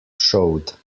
showed